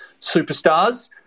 superstars